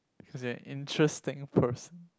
cause you're an interesting person